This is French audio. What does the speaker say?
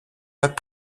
pas